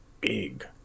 big